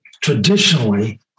traditionally